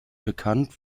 bekannt